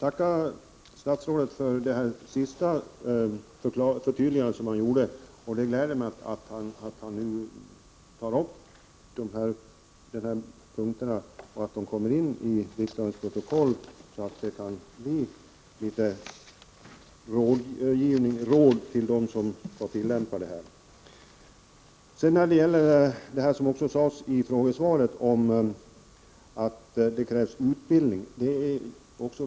Herr talman! Jag tackar statsrådet för förtydligandet. Det gläder mig att han tar upp dessa punkter och att de kommer in i riksdagens protokoll, så att de kan fungera som råd för dem som skall tillämpa lagen. Det är glädjande att statsrådet i frågesvaret säger att det krävs utbildning.